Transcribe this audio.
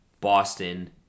Boston